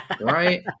Right